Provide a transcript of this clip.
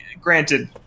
Granted